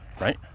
right